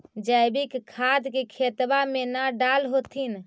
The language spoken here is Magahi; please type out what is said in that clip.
जैवीक खाद के खेतबा मे न डाल होथिं?